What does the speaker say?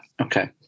okay